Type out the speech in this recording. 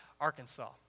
Arkansas